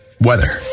weather